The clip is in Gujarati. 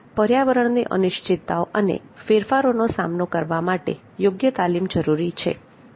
પર્યાવરણની અનિશ્ચિતતાઓ અને ફેરફારોનો સામનો કરવા માટે યોગ્ય તાલીમ જરૂરી છે